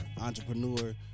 entrepreneur